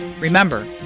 Remember